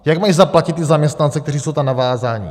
Jak mají zaplatit zaměstnance, kteří jsou tam navázáni?